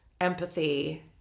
empathy